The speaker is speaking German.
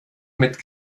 mit